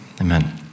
amen